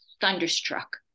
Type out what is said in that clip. thunderstruck